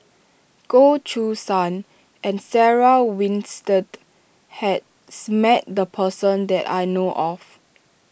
Goh Choo San and Sarah Winstedt has met the person that I know of